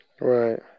Right